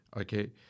okay